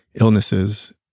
illnesses